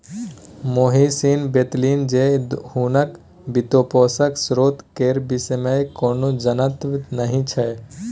मोहनीश बतेलनि जे हुनका वित्तपोषणक स्रोत केर विषयमे कोनो जनतब नहि छै